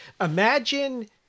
imagine